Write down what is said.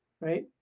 Right